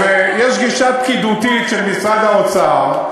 יש גישה פקידותית של משרד האוצר,